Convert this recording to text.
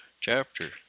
chapter